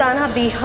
um not the